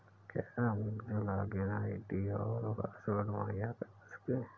क्या आप मुझे लॉगिन आई.डी और पासवर्ड मुहैय्या करवा सकते हैं?